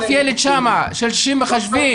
תיתן לו 60 מחשבים?